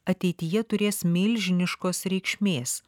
ateityje turės milžiniškos reikšmės